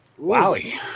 Wowie